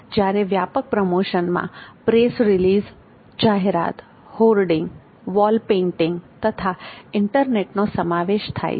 જ્યારે વ્યાપક પ્રમોશનમાં પ્રેસ રિલીઝ જાહેરાત હોર્ડિંગ વોલ પેઈન્ટિંગ તથા ઇન્ટરનેટનો સમાવેશ થાય છે